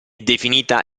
definita